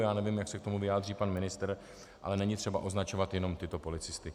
Já nevím, jak se k tomu vyjádří pan ministr, ale není třeba označovat jenom tyto policisty.